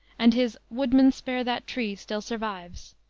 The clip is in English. and his woodman, spare that tree, still survives.